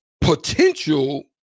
potential